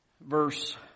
verse